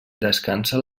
descansa